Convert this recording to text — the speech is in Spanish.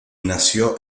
nació